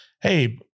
hey